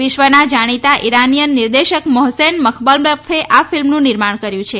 વિશ્વના જાણીતા ઇરાનિયન નિર્દેશક મોહસેન મખમલબ્લફે આ ફિલ્મનું નિર્માણ કર્યું છે